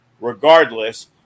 regardless